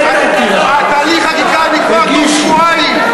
תהליך החקיקה נקבע, בתוך שבועיים.